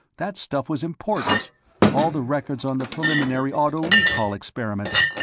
that stuff was important all the records on the preliminary auto-recall experiments.